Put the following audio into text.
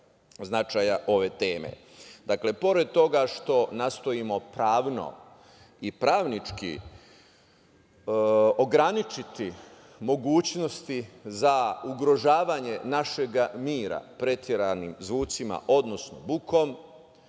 značaja ove teme. Dakle, pored toga što nastojimo pravno i pravnički ograničiti mogućnosti za ugrožavanje našeg mira preteranim zvucima, odnosno bukom,